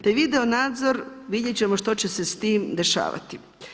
Taj video nadzor, vidjet ćemo što će se s tim dešavati.